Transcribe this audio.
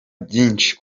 byinshi